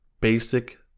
basic